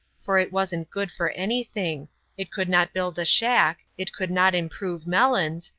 for it wasn't good for anything it could not build a shack, it could not improve melons,